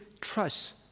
trust